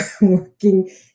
working